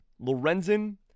Lorenzen